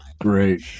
Great